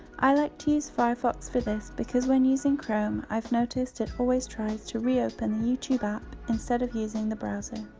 i like to use firefox for this because when using chrome iv noticed it always tries to reopen the youtube app instead of using the browser.